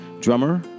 drummer